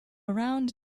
around